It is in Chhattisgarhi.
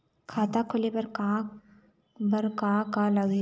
खाता खोले बर का का लगही?